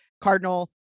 cardinal